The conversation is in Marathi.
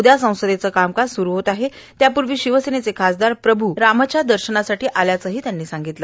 उद्या संसदेचं कामकाज सुरू होत आहे त्यापूर्वी शिवसेनेचे खासदार प्रभू रामाच्या दर्शनासाठी आल्याचंही त्यांनी सांगितलं